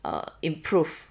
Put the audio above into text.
err improve